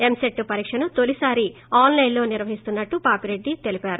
ఎంసెట్ పరీక్షను తొలిసారి ఆస్లైస్లో నిర్వహిస్తున్నట్లు పాపిరెడ్డి తెలిపారు